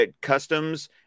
customs